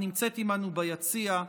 הנמצאת איתנו ביציע,